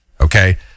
okay